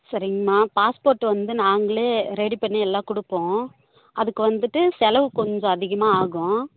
சரிங்கமா பாஸ்போர்ட் வந்து நாங்களே ரெடி பண்ணி எல்லா கொடுப்போம் அதுக்கு வந்துவிட்டு செலவு கொஞ்சம் அதிகமாக ஆகும்